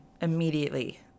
immediately